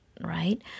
right